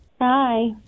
Hi